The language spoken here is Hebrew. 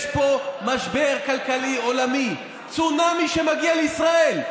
יש פה משבר כלכלי עולמי, צונאמי שמגיע לישראל.